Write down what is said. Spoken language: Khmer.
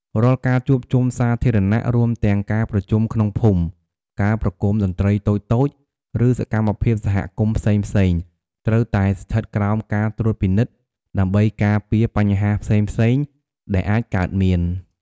រាល់ការជួបជុំសាធារណៈ រួមទាំងការប្រជុំក្នុងភូមិ ការប្រគំតន្ត្រីតូចៗ ឬសកម្មភាពសហគមន៍ផ្សេងៗ ត្រូវតែស្ថិតក្រោមការត្រួតពិនិត្យ ដើម្បីការពារបញ្ហាផ្សេងៗដែលអាចកើតមាន។